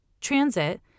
transit